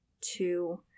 two